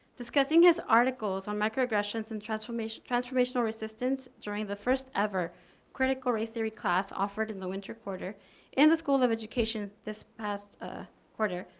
discussing his articles on microaggressions and transformational transformational resistance during the first ever critique for race theory class offered in the winter quarter in the school of education this past ah quarter,